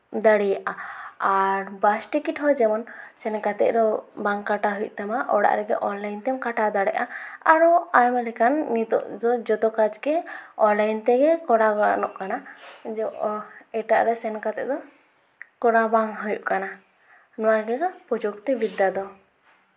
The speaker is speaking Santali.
ᱫᱟᱲᱮᱭᱟᱜᱼᱟ ᱟᱨ ᱵᱟᱥ ᱴᱤᱠᱤᱴ ᱦᱚᱸ ᱡᱮᱢᱚᱱ ᱥᱮᱱ ᱠᱟᱛᱮᱜ ᱫᱚ ᱵᱟᱝ ᱠᱟᱴᱟᱣ ᱦᱩᱭᱩᱜ ᱛᱟᱢᱟ ᱚᱲᱟᱜ ᱨᱮᱜᱮ ᱚᱱᱞᱟᱤᱱ ᱛᱮᱢ ᱠᱟᱴᱟᱣ ᱫᱟᱲᱮᱭᱟᱜᱼᱟ ᱟᱨᱚ ᱟᱭᱢᱟ ᱞᱮᱠᱟᱱ ᱱᱤᱛᱚᱜ ᱫᱚ ᱡᱚᱛᱚ ᱠᱟᱡᱽ ᱜᱮ ᱚᱱᱞᱟᱭᱤᱱ ᱛᱮᱜᱮ ᱠᱚᱨᱟᱣ ᱜᱟᱱᱚᱜ ᱠᱟᱱᱟ ᱡᱮ ᱮᱴᱟᱜ ᱨᱮ ᱥᱮᱱ ᱠᱟᱛᱮᱜ ᱫᱚ ᱠᱚᱨᱟᱣ ᱵᱟᱝ ᱦᱩᱭᱩᱜ ᱠᱟᱱᱟ ᱱᱚᱣᱟ ᱜᱮᱫᱚ ᱯᱨᱚᱡᱩᱠᱛᱤ ᱵᱤᱫᱽᱫᱟ ᱫᱚ